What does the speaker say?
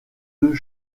deux